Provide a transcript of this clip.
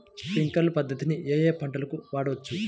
Sprinkler పద్ధతిని ఏ ఏ పంటలకు వాడవచ్చు?